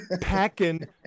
packing